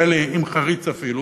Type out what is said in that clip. כאלה עם חריץ אפילו,